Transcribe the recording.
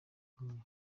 ukomeye